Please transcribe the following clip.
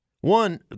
one